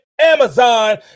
Amazon